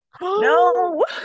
No